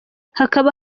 hakaba